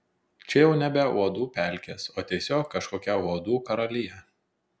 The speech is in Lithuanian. čia jau nebe uodų pelkės o tiesiog kažkokia uodų karalija